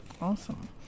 Awesome